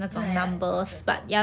ya that's possible